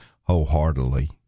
wholeheartedly